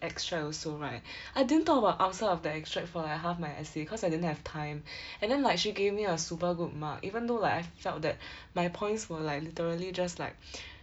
extract also right I didn't talk about outside of the extract for like half my essay cause like I didn't have time and then like she gave me a super good mark even though like I felt that my points were literally just like